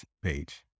page